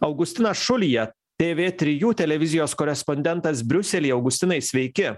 augustinas šulija tv trijų televizijos korespondentas briuselyje augustinai sveiki